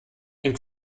ein